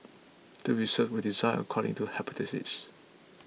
the research was designed according to hypothesis